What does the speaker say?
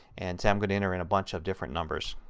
and say i'm going to enter in a bunch of different numbers.